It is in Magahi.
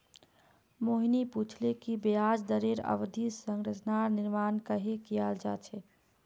मोहिनी पूछले कि ब्याज दरेर अवधि संरचनार निर्माण कँहे कियाल जा छे